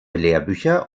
lehrbücher